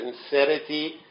sincerity